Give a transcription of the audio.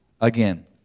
again